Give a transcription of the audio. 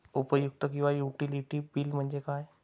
उपयुक्तता किंवा utility bill म्हणजे काय?